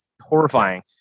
horrifying